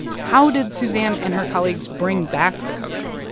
how did suzanne and her colleagues bring back the ko'ko'?